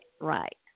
right